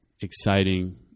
exciting